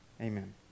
Amen